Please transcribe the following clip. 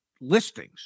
listings